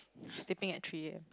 sleeping at three A_M